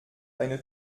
eine